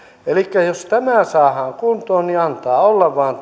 elikkä jos tämä saadaan kuntoon niin antaa olla vaan